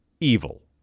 evil